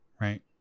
right